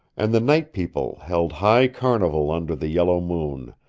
and the night people held high carnival under the yellow moon,